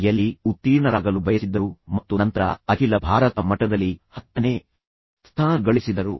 ಯಲ್ಲಿ ಉತ್ತೀರ್ಣರಾಗಲು ಬಯಸಿದ್ದರು ಮತ್ತು ನಂತರ ಅಖಿಲ ಭಾರತ ಮಟ್ಟದಲ್ಲಿ ಹತ್ತನೇ ಸ್ಥಾನ ಗಳಿಸಿದರು